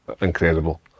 incredible